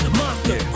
monster